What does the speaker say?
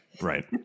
right